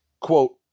Quote